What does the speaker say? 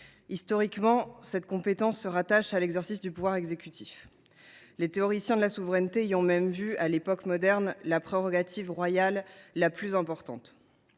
Historiquement, cette compétence se rattache à l’exercice du pouvoir exécutif. Les théoriciens de la souveraineté y ont même vu, à l’époque moderne, la prérogative royale la plus importante.